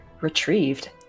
Retrieved